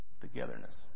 Togetherness